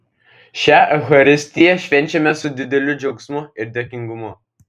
šią eucharistiją švenčiame su dideliu džiaugsmu ir dėkingumu